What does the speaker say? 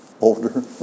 older